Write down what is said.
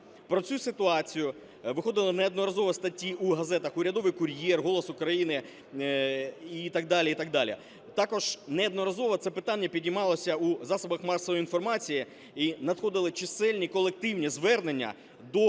Про цю ситуацію виходили неодноразово статті у газетах "Урядовий кур'єр", "Голос України" і так далі. Також неодноразово це питання піднімалось у засобах масової інформації і надходили чисельні колективні звернення до